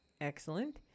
Excellent